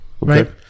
Right